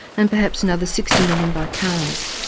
and perhaps another sixty million by cars.